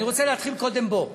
אני רוצה להתחיל קודם בו.